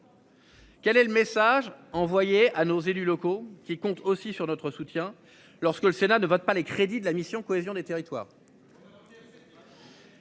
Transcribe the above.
Quel est le message envoyé à nos élus locaux qui compte aussi sur notre soutien lorsque le Sénat ne votent pas les crédits de la mission cohésion des territoires.--